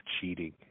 cheating